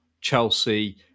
Chelsea